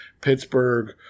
Pittsburgh